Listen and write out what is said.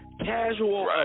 Casual